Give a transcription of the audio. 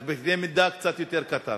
רק בקנה-מידה קצת יותר קטן.